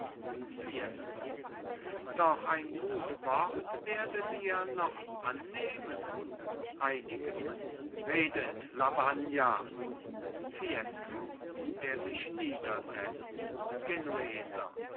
fiesco doch ein gut wort werdet ihr noch annehmen einige redet lavagna fiesco der sich niedersetzt genueser